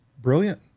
Brilliant